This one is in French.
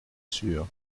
sûre